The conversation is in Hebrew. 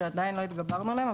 שעדיין לא התגברנו עליהן.